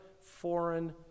foreign